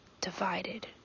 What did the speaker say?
divided